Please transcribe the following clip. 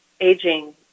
aging